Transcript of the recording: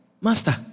Master